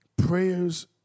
prayers